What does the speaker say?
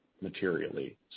materially